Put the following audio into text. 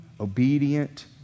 obedient